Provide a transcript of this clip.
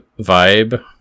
vibe